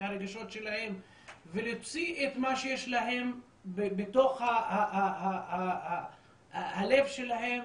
הרגשות שלהם ולהוציא את מה שיש להם בתוך הלב שלהם,